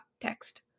text